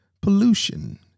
pollution